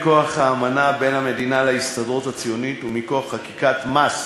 מכוח האמנה בין המדינה להסתדרות הציונית ומכוח חקיקת מס,